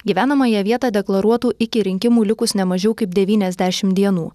gyvenamąją vietą deklaruotų iki rinkimų likus ne mažiau kaip devyniasdešim dienų